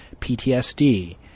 PTSD